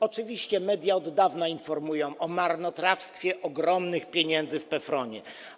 Oczywiście media od dawna informują o marnotrawstwie ogromnych pieniędzy w PFRON-ie.